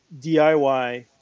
DIY